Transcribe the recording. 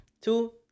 two